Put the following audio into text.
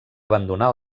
abandonar